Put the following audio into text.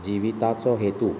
जिवीताचो हेतू